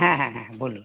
হ্যাঁ হ্যাঁ হ্যাঁ বলুন